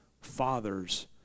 fathers